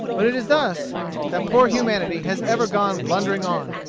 but it is thus that poor humanity has ever gone blundering on,